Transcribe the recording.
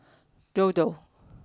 dodo